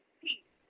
peace